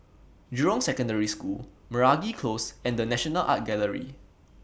Jurong Secondary School Meragi Close and The National Art Gallery